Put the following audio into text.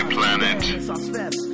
Planet